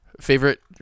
Favorite